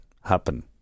happen